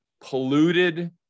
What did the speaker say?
polluted